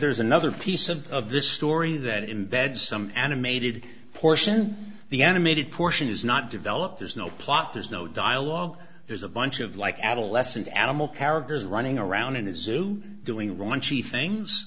there's another piece of of this story that embeds some animated portion the animated portion is not developed there's no plot there's no dialogue there's a bunch of like adolescent animal characters running around in a zoo doing raunchy things